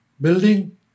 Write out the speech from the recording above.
building